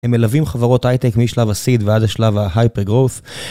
הם מלווים חברות הייטק משלב הseed ועד השלב הhyper-growth.